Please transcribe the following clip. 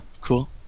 Cool